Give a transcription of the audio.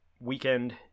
weekend